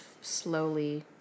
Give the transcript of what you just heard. slowly